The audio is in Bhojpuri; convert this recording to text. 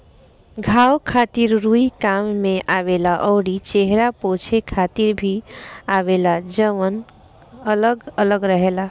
घाव खातिर रुई काम में आवेला अउरी चेहरा पोछे खातिर भी आवेला जवन अलग अलग रहेला